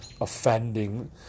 offending